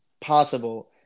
possible